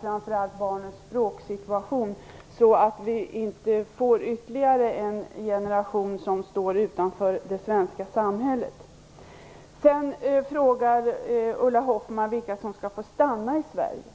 framför allt barnens språksituation, så att vi inte får ytterligare en generation som står utanför det svenska samhället. Ulla Hoffmann frågar vilka som skall få stanna i Sverige.